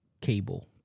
cable